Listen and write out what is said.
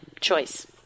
choice